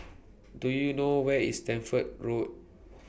Do YOU know Where IS Stamford Road